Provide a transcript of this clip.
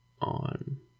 on